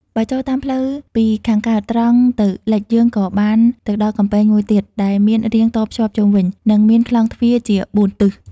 បើចូលតាមផ្លូវពីខាងកើតត្រង់ទៅលិចយើងក៏បានទៅដល់កំពែងមួយទៀត ដែលមានរាងតភ្ជាប់ជុំវិញ និងមានខ្លោងទ្វារជាបួនទិស ។